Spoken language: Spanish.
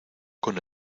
con